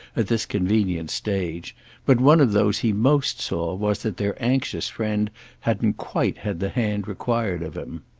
at this convenient stage but one of those he most saw was that their anxious friend hadn't quite had the hand required of him.